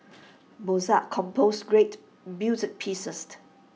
Mozart composed great music